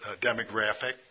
demographic